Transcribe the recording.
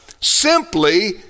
simply